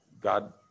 God